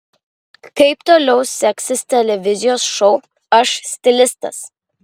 kaip toliau seksis televizijos šou aš stilistas